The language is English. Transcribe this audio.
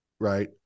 right